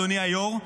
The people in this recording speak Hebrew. אדוני היו"ר,